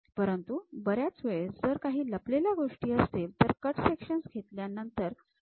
परंतु बऱ्याच वेळेस जर काही लपलेल्या गोष्टी असतील तर कट सेक्शन्स घेतल्यानंतर आपण त्यांना दाखवू शकत नाही